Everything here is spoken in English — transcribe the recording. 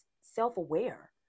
self-aware